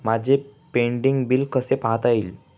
माझे pending bill कसे पाहता येईल?